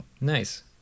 Nice